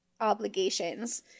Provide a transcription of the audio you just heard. obligations